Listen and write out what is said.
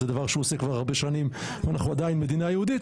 זה דבר שהוא עושה כבר הרבה שנים ואנחנו עדיין מדינה יהודית,